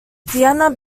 vienna